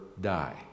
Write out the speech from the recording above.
die